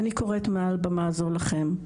אני קוראת מעל במה זו לכם,